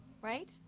right